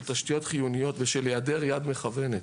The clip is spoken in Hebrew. תשתיות חיוניות ושל היעדר יד מכוונת.